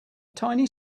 tiny